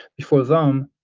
before them,